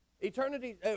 Eternity